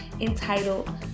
entitled